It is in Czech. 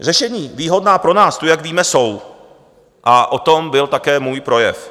Řešení výhodná pro nás tu, jak víme, jsou a o tom byl také můj projev.